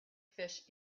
fish